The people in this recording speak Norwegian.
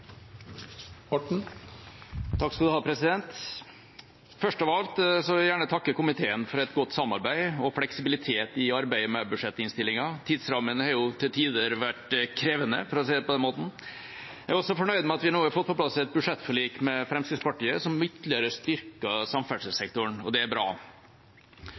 Først av alt vil jeg gjerne takke komiteen for et godt samarbeid og fleksibilitet i arbeidet med budsjettinnstillinga. Tidsrammene har til tider vært krevende, for å si det på den måten. Jeg er også fornøyd med at vi nå har fått på plass et budsjettforlik med Fremskrittspartiet som ytterligere styrker samferdselssektoren. Det er bra.